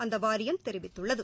அந்த வாரியம் தெரிவித்துள்ளது